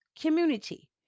community